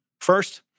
First